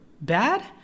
bad